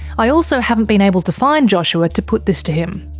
i also haven't been able to find joshua to put this to him.